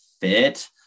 fit